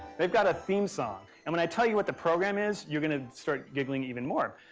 they've got a theme song. and when i tell you what the program is, you're going to start giggling even more.